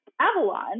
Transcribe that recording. Avalon